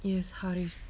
yes harris